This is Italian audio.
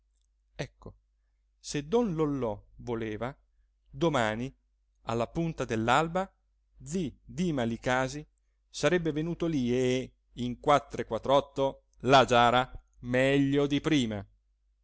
ecco se don lollò voleva domani alla punta dell'alba zi dima licasi sarebbe venuto lì e in quattro e quattr'otto la giara meglio di prima